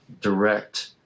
direct